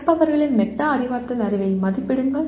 கற்பவர்களின் மெட்டா அறிவாற்றல் அறிவை மதிப்பிடுங்கள்